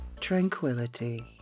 tranquility